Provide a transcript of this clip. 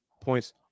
points